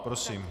Prosím.